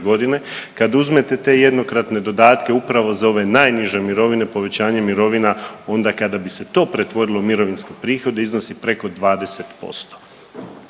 godine. Kad uzmete te jednokratne dodatke upravo za ove najniže mirovine povećanje mirovina onda kada bi se to pretvorilo u mirovinske prihode iznosi preko 20%.